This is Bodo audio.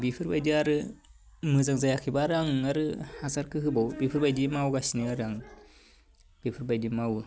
बेफोर बायदि आरो मोजां जायाखैबा आरो आं आरो हासारखौ होबावो बेफोर बायदिनो मावगासिनो आं बेफोर बायदि मावो